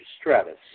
Stratus